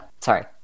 Sorry